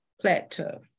plateau